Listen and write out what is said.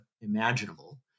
imaginable